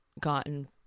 gotten